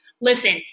Listen